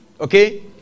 Okay